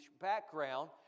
background